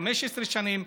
15 שנים,